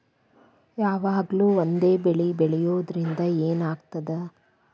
ಯಾವಾಗ್ಲೂ ಒಂದೇ ಬೆಳಿ ಬೆಳೆಯುವುದರಿಂದ ಏನ್ ಆಗ್ತದ?